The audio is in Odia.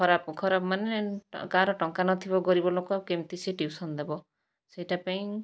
ଖରାପ ଖରାପମାନେ କାହାର ଟଙ୍କା ନଥିବ ଗରିବଲୋକ କେମିତି ସିଏ ଟ୍ୟୁସନ୍ ଦେବ ସେଇଟା ପାଇଁ